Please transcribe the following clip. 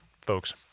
folks